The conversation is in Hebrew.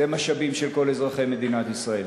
זה משאבים של כל אזרחי מדינת ישראל.